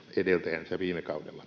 edeltäjänsä viime kaudella